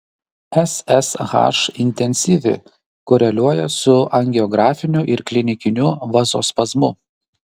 ssh intensyvi koreliuoja su angiografiniu ir klinikiniu vazospazmu